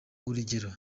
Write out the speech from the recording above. urugero